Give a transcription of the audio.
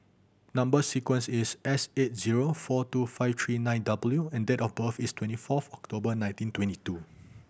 number sequence is S eight zero four two five three nine W and date of birth is twenty fourth October nineteen twenty two